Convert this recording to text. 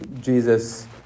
Jesus